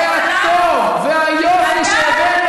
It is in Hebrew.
כמו שילד בגן יכול,